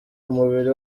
umubiri